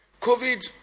COVID